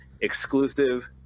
exclusive